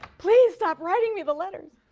please stop writing me the letters.